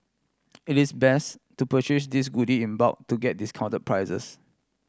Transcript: it is best to purchase these goody in bulk to get discount prices